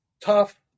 tough